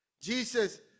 Jesus